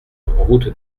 route